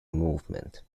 movement